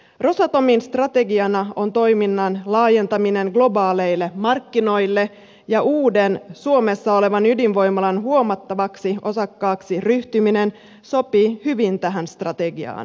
rosatomin strategiana on toiminnan laajentaminen globaaleille markkinoille ja uuden suomessa olevan ydinvoimalan huomattavaksi osakkaaksi ryhtyminen sopii hyvin tähän strategiaan